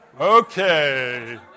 Okay